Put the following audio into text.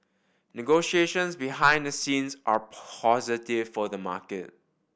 negotiations behind the scenes are positive for the market